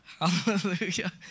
Hallelujah